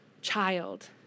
child